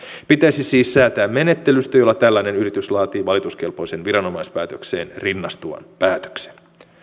pitäisi siis säätää menettelystä jolla tällainen yritys laatii valituskelpoisen viranomaispäätökseen rinnastuvan päätöksen